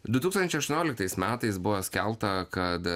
du tūkstančiai aštuonioliktais metais buvo skelbta kad